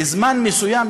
לזמן מסוים,